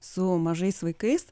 su mažais vaikais